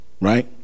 right